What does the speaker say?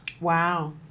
Wow